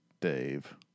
Dave